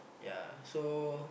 ya so